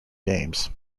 games